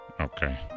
Okay